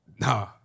Nah